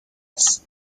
هست